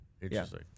Interesting